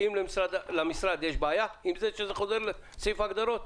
האם למשרד יש בעיה עם זה שזה חוזר לסעיף ההגדרות?